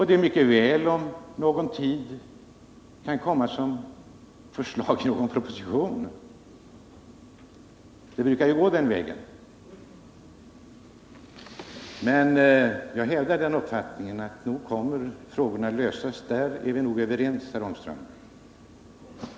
Det kan mycket väl om någon tid komma igen som ett förslag i en proposition. Det brukar ju gå den vägen. Nog kommer frågorna att lösas — på den punkten är vi överens, herr Ångström.